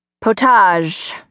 Potage